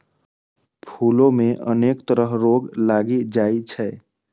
फूलो मे अनेक तरह रोग लागि जाइ छै